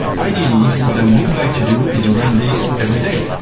i believe what i would like to do is run this every day.